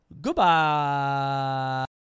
Goodbye